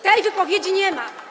Tej wypowiedzi nie ma.